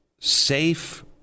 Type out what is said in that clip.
safe